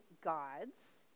gods